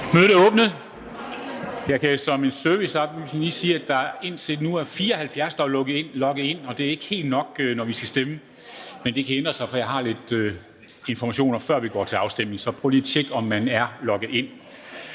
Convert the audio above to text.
Mødet er åbnet. Jeg kan som en serviceoplysning lige sige, at der indtil videre er 74, der er logget ind, og det er ikke helt nok, når vi skal stemme. Men det kan ændre sig, for jeg har lidt informationer, før vi går til afstemning, så prøv lige at tjekke, om man er logget ind.